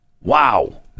Wow